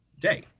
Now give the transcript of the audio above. day